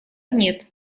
нет